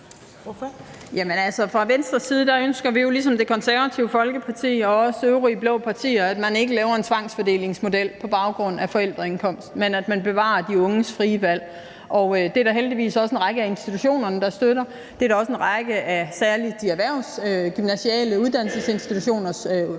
Fra Venstres side ønsker vi jo ligesom Det Konservative Folkeparti og også de øvrige blå partier, at man ikke laver en tvangsfordelingsmodel på baggrund af forældreindkomst, men at man bevarer de unges frie valg, og det er der heldigvis også en række af institutionerne der støtter. Der er også en række af særlig de erhvervsgymnasiale uddannelsesinstitutioner,